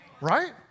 Right